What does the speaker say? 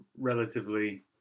relatively